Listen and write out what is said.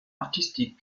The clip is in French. artistiques